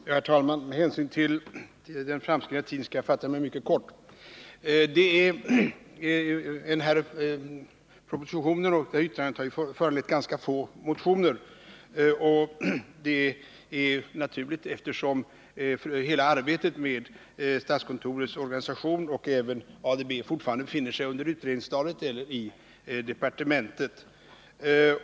Herr talman! Med hänsyn till den framskridna timmen skall jag fatta mig mycket kort. Propositionen 124, och även yttrandet till densamma, har föranlett ganska få motioner; det är naturligt eftersom hela arbetet med statskontorets organisation och ADB-användning fortfarande befinner sig på utredningsstadiet eller är under arbete i departementet.